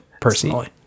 personally